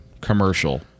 commercial